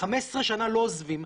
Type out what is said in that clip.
וחמש עשרה שנה לא עוזבים,